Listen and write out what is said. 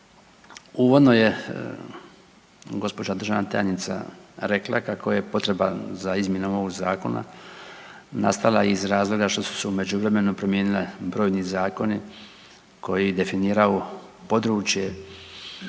Uvodno je gđa. državna tajnica rekla kako je potreba za izmjenom ovog zakona nastala iz razloga što su se u međuvremenu promijenili brojni zakoni koji definiraju područje